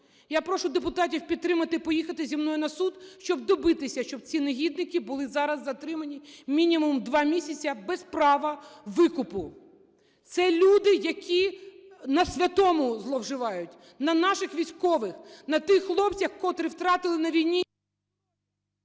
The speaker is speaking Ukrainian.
я прошу депутатів підтримати, поїхати зі мною на суд, щоб добитися, щоб ці негідники були зараз затримані, мінімум, два місяці без права викупу. Це люди, які на святому зловживають, на наших військових, на тих хлопцях, котрі втратили на війні…